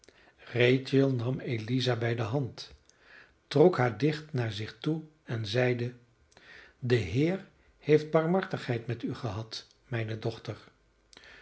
rachel nam eliza bij de hand trok haar dicht naar zich toe en zeide de heer heeft barmhartigheid met u gehad mijne dochter